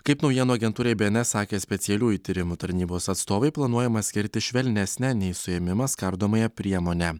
kaip naujienų agentūrai bns sakė specialiųjų tyrimų tarnybos atstovai planuojama skirti švelnesnę nei suėmimas kardomąją priemonę